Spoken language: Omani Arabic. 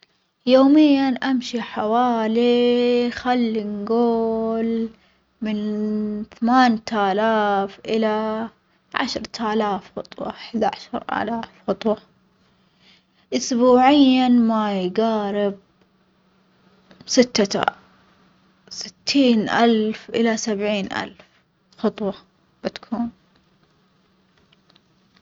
يوميٍ أمشي حوالي خلني نجوول من ثمان آلاف إلى عشر آلاف خطوة إحدى عشر آلف خطوة، أسبوعيًا ما يجارب ستة ستين ألف إلى سبعين ألف خطوة بتكون.